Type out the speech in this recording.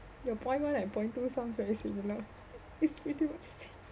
your point one and point two sounds very similar disputed